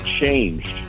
changed